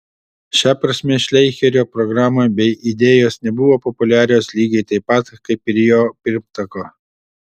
šia prasme šleicherio programa bei idėjos nebuvo populiarios lygiai taip pat kaip ir jo pirmtako